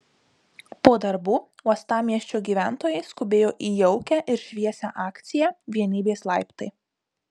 po darbų uostamiesčio gyventojai skubėjo į jaukią ir šviesią akciją vienybės laiptai